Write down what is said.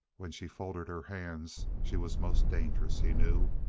when she folded her hands, she was most dangerous, he knew.